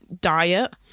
diet